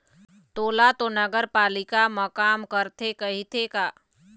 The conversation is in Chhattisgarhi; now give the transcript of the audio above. तोला तो नगरपालिका म काम करथे कहिथे का?